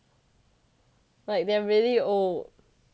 like they're really old